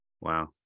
Wow